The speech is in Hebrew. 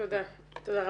תודה רבה.